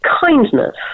kindness